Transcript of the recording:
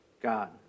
God